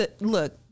look